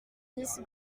dix